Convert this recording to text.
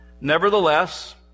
Nevertheless